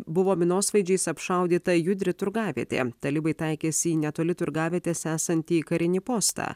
buvo minosvaidžiais apšaudyta judri turgavietė talibai taikėsi į netoli turgavietės esantį karinį postą